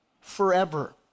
forever